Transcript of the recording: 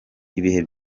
ibihe